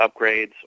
upgrades